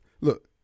look